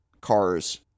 Cars